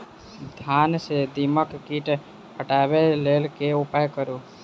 धान सँ दीमक कीट हटाबै लेल केँ उपाय करु?